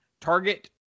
target